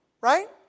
right